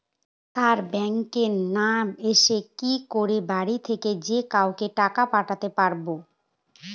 Sir ব্যাঙ্কে না এসে কি করে বাড়ি থেকেই যে কাউকে টাকা পাঠাতে পারবো?